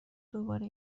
دوباره